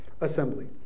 assembly